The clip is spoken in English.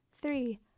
three